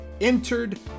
entered